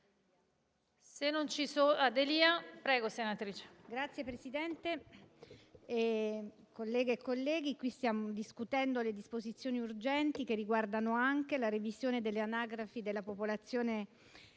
Signor Presidente, colleghe e colleghi, stiamo discutendo le disposizioni urgenti che riguardano anche la revisione delle anagrafi della popolazione residente